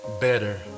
better